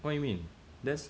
what you mean there's